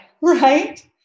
right